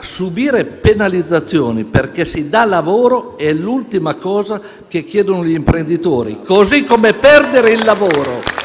Subire però penalizzazioni perché si dà lavoro è l'ultima cosa che chiedono gli imprenditori, così come perdere il lavoro.